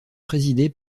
présidée